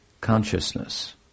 consciousness